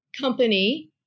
company